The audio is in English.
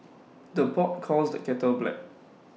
the pot calls the kettle black